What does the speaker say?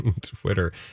Twitter